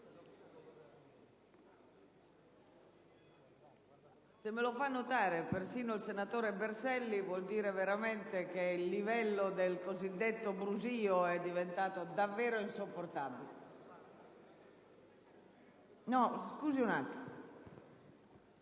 Se me lo fa notare persino il senatore Berselli, vuol dire che il livello del cosiddetto brusìo è diventato davvero insopportabile. Come sapete,